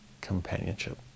companionship